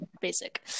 basic